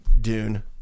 Dune